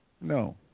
No